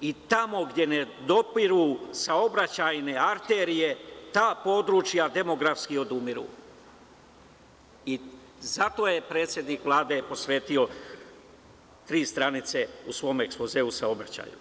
i tamo gde ne dopiru saobraćajne arterije, ta područja demografski odumiru, zato je predsednik Vlade posvetio tri stranice u svom ekspozeu o saobraćaju.